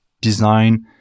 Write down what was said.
design